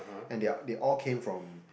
and they are they all came from